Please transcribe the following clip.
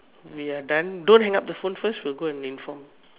ya done don't hang up the phone first we will go and inform